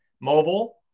mobile